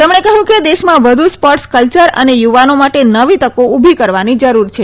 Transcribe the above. તેમણે કહ્યું કે દેશમાં વધુ સ્પોર્ટ્સ કલ્ચર અને યુવાનો માટે નવી તકો ઉભી કરવાની જરૂર છે